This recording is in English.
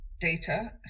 data